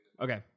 Okay